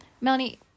Melanie